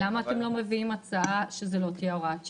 למה אתם לא מגישים הצעה שזו לא תהיה הוראת שעה,